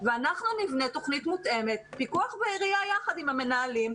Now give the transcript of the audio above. ואנחנו הפיקוח בעירייה יחד עם המנהלים,